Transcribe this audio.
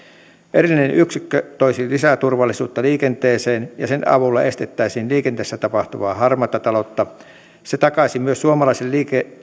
erillinen yksikkö toisi lisää turvallisuutta liikenteeseen ja sen avulla estettäisiin liikenteessä tapahtuvaa harmaata taloutta se takaisi myös suomalaisille